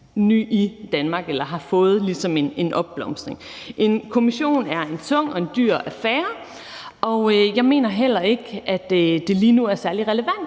ny i Danmark eller ligesom har fået en opblomstring. En kommission er en tung og en dyr affære, og jeg mener heller ikke, at det lige nu er særlig relevant